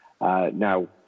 Now